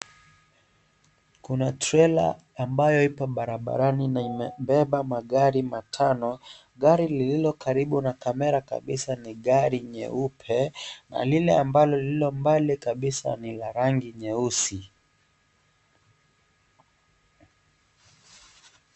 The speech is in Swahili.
Kuna trailer ambayo ipo barabarani na imebeba magari matano. Gari lililokaribu na camera kabisa ni ni gari nyeupe na lile lililo mbali kabisa ni ya rangi nyeusi.